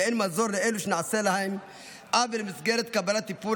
ואין מזור לאלו שנעשה להם עוול במסגרת קבלת טיפול